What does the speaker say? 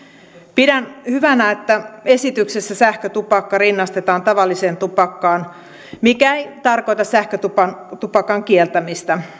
pidän hyvänä että esityksessä sähkötupakka rinnastetaan tavalliseen tupakkaan mikä ei tarkoita sähkötupakan kieltämistä